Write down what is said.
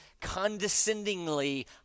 condescendingly